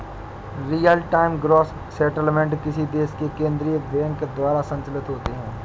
real time gross settlement किसी देश के केन्द्रीय बैंक द्वारा संचालित होते हैं